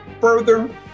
Further